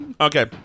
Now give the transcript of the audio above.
Okay